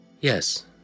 Yes